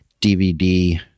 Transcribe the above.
DVD